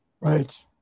Right